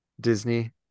Disney